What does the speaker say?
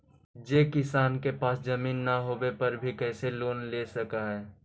जे किसान के पास जमीन न होवे पर भी कैसे लोन ले सक हइ?